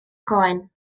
croen